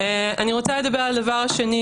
אני רוצה לדבר על הדבר השני,